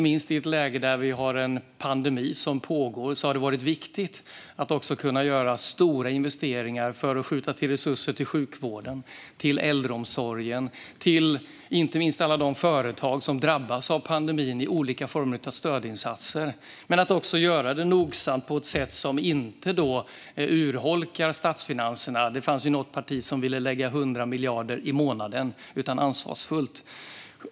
I ett läge där vi har en pandemi som pågår har det varit viktigt att kunna göra stora investeringar för att skjuta till resurser till sjukvården, till äldreomsorgen och inte minst till alla de företag som drabbas av pandemin genom olika stödinsatser men också att göra det nogsamt på ett sätt som inte urholkar statsfinanserna - något parti ville lägga 100 miljarder i månaden - utan är ansvarsfullt.